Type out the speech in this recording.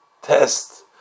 test